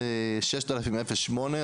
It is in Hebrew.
6008,